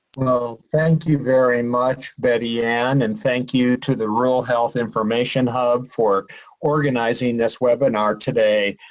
well, thank you very much, betty-ann, and thank you to the rural health information hub for organizing this webinar today.